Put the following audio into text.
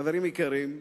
חברים יקרים,